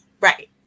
Right